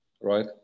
right